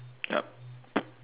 yup